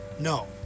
no